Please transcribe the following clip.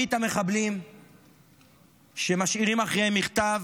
מרבית המחבלים שמשאירים אחריהם מכתב